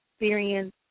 experience